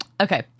Okay